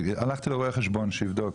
הלכתי לרואה חשבון שיבדוק,